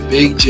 Big